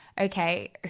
okay